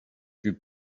fut